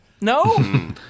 No